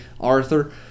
Arthur